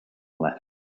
left